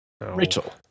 Rachel